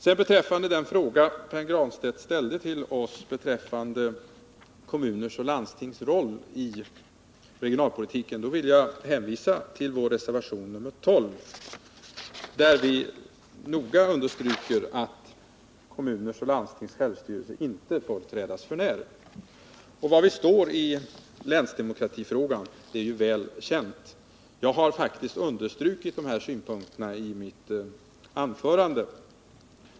Vad beträffar den fråga Pär Granstedt ställde till oss beträffande kommuners och landstings roll i regionalpolitiken vill jag hänvisa till vår reservation nr 12, där vi noga understryker att kommuners och landstings självstyrelse inte får trädas för när. Var vi står i länsdemokratifrågan är ju väl känt. Jag har faktiskt understrukit dessa synpunkter i mitt anförande.